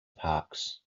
parks